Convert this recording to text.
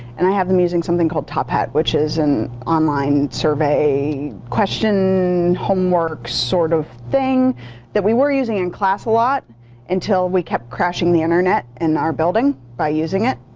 and i have them using something called top hat which is an online survey question homework sort of thing that we were using in class a lot until we kept crashing the internet in our building by using it.